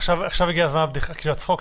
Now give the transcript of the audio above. עכשיו הגיע זמן הצחוק.